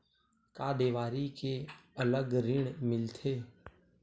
का देवारी के अलग ऋण मिलथे?